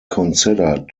considered